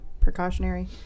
precautionary